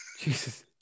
Jesus